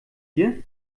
hier